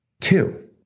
two